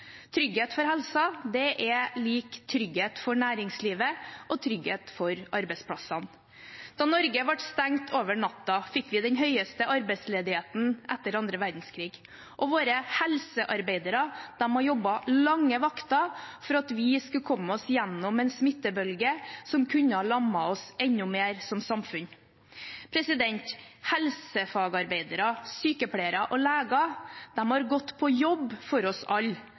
Trygghet for helsen er lik trygghet for næringslivet og trygghet for arbeidsplassene. Da Norge ble stengt over natten, fikk vi den høyeste arbeidsledigheten etter annen verdenskrig. Våre helsearbeidere har jobbet lange vakter for at vi skulle komme oss gjennom en smittebølge som kunne ha lammet oss enda mer som samfunn. Helsefagarbeidere, sykepleiere og leger har gått på jobb for oss